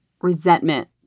resentment